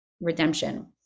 redemption